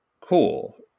cool